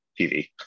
TV